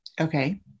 Okay